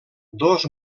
dos